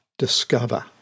Discover